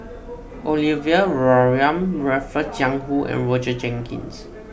Olivia Mariamne Raffles Jiang Hu and Roger Jenkins